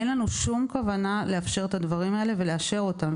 אין לנו שום כוונה לאפשר את הדברים האלה ולאשר אותם,